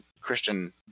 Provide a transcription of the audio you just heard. christian